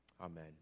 Amen